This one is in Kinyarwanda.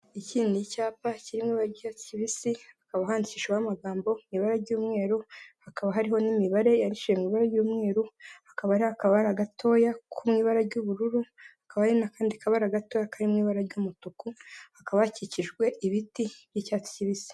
Iki ni icyapa kiri mu ibara ry'icyatsi kibisi, hakaba ahandikishijweho amagambo n'ibara ry'umweru, hakaba hariho n'imibare yandikishije mu ibara ry'umweru hakaba hariho akabara gatoya ko mu ibara ry'ubururu, hakaba n'akandi kabara gato kari mu iba ry'umutuku hakaba hakikijwe ibiti by'icyatsi kibisi.